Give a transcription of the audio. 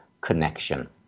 connection